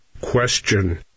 Question